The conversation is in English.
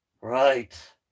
Right